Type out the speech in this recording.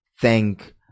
thank